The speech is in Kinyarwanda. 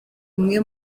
umwe